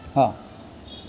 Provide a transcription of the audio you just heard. हो